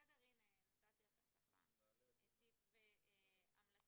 הנה נתתי לכם טיפ והמלצה,